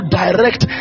direct